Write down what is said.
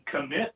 commit